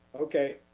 Okay